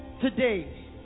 today